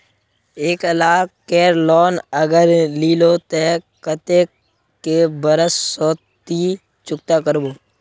एक लाख केर लोन अगर लिलो ते कतेक कै बरश सोत ती चुकता करबो?